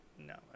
No